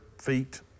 feet